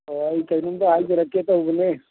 ꯑꯣ ꯑꯩ ꯀꯩꯅꯣꯝꯇ ꯍꯥꯏꯖꯔꯛꯀꯦ ꯇꯧꯕꯅꯦ